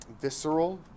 visceral